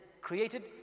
created